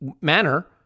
manner